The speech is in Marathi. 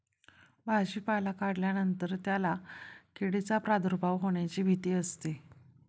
भाजीपाला काढल्यानंतर त्याला किडींचा प्रादुर्भाव होण्याची भीती असते